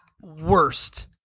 worst